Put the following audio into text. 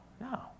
no